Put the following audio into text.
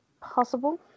possible